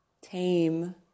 Tame